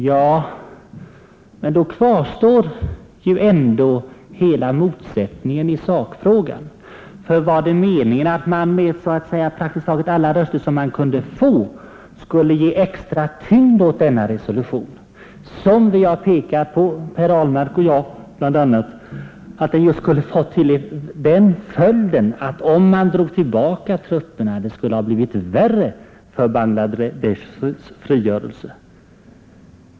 Ja, men då kvarstår ju ändå hela motsättningen i sakfrågan. Var det meningen att man med praktiskt taget alla röster som man kunde få skulle ge extra tyngd åt denna resolution? Både herr Ahlmark och jag har pekat på att det skulle ha skapat svårigheter för Bangla Desh” frigörelse om Indien dragit tillbaka trupperna.